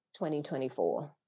2024